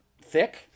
thick